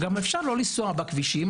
אפשר גם לא לנסוע בכבישים,